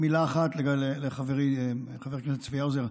מילה אחת לחברי חבר הכנסת צבי האוזר,